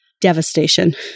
devastation